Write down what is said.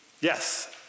Yes